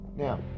Now